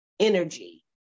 energy